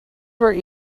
were